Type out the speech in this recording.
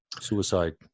Suicide